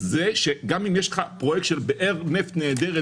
זה שגם אם יש לך פרויקט של באר נפט נהדרת